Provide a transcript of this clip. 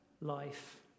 life